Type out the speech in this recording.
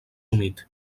humit